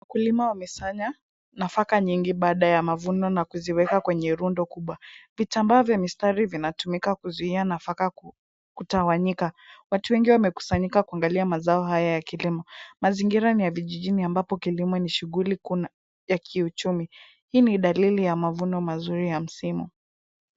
Mkulima wamesanya nafaka nyingi baada ya mavuno na kuziweka kwenye rundo kubwa. Vitambaa vya mistari vinatumika kuzuia nafaka kutawanyika. Watu wengi wamekusanyika kuangalia mazao haya ya kilimo. Mazingira ni ya vijijini ambapo kilimo ni shughuli kuna ya kiuchumi. Hii ni dalili ya mavuno mazuri ya msimu.